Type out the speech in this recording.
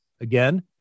Again